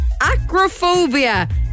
Acrophobia